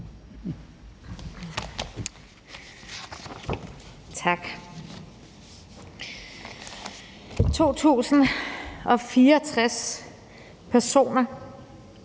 Tak. 2.064 personer